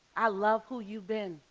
i love who you've been,